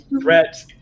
threat